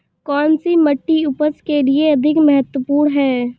कौन सी मिट्टी उपज के लिए अधिक महत्वपूर्ण है?